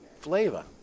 flavor